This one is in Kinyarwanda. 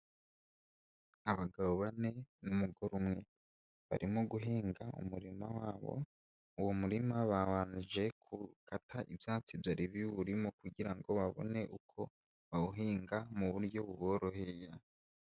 Abagabo bane n'umugore umwe. Barimo guhinga umurima wabo, uwo murima barangije gukata ibyatsi byari biwurimo kugira ngo babone uko bawuhinga mu buryo buboroheye.